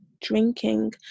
drinking